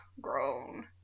grown